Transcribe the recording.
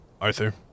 Arthur